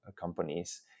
companies